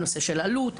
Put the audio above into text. הנושא של אלו"ט.